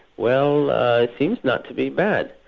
well it seems not to be bad,